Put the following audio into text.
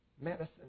medicine